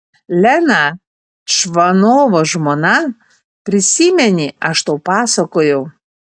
lena čvanovo žmona prisimeni aš tau pasakojau